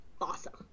awesome